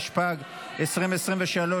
התשפ"ג 2023,